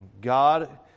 God